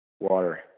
Water